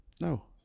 No